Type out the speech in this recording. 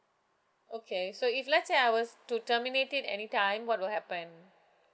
okay so if let's say I was to terminate it any time what will happen